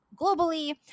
globally